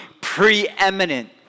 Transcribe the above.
Preeminent